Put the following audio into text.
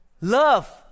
Love